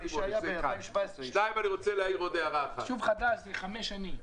ישוב חדש, אלה חמש שנים.